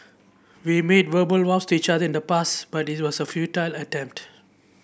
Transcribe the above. we made verbal vows to each other in the past but it was a futile attempt